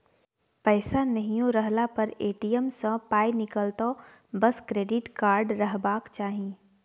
पैसा नहियो रहला पर ए.टी.एम सँ पाय निकलतौ बस क्रेडिट कार्ड रहबाक चाही